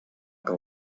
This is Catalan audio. que